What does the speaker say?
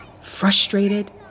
frustrated